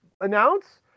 announce